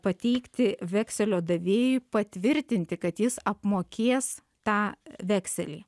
pateikti vekselio davėjui patvirtinti kad jis apmokės tą vekselį